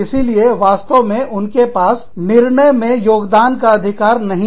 इसीलिए वास्तव में उनके पास निर्णय में योगदान का अधिकार नहीं है